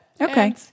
Okay